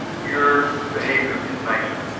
your behaviour is nicer.